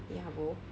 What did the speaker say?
ya bo